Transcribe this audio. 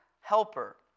helper